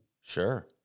Sure